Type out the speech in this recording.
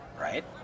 Right